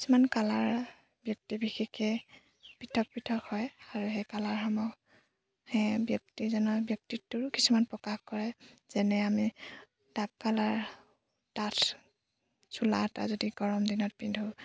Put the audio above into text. কিছুমান কালাৰ ব্যক্তি বিশেষে পৃথক পৃথক হয় আৰু সেই কালাৰসমূহ সেই ব্যক্তিজনৰ ব্যক্তিত্বৰো কিছুমান প্ৰকাশ কৰে যেনে আমি ডাক কালাৰ ডাঠ চোলা এটা যদি গৰম দিনত পিন্ধোঁ